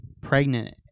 pregnant